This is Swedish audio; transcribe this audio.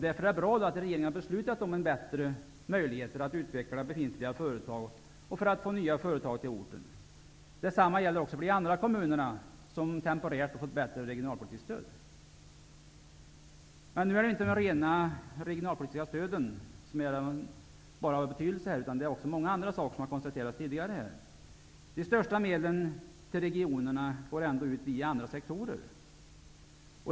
Därför är det bra att regeringen har beslutat om bättre möjligheter när det gäller att utveckla befintliga företag och att få nya företag till orten. Detsamma gäller också de andra kommuner som temporärt har fått bättre regionalpolitiskt stöd. Nu är det inte bara de rena regionalpolitiska stöden som är av betydelse utan också mycket annat, som har konstaterats tidigare i dag. De största medlen till regionerna går ändå ut via andra sektorer.